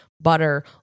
butter